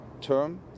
term